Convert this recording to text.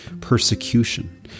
persecution